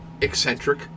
eccentric